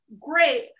great